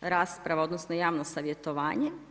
rasprava odnosno, javno savjetovanje.